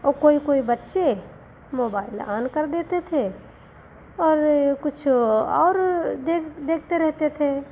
और कोई कोई बच्चे मोबाइल ऑन कर देते थे और यह कुछ और देख देखते रहते थे